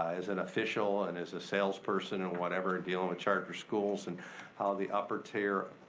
as an official and as a salesperson, and whatever, dealing with charter schools and how the upper tier,